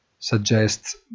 suggests